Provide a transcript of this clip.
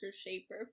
shaper